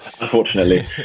Unfortunately